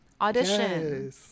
audition